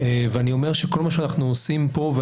אני אומר שכל מה שאנחנו עושים פה,